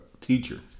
teacher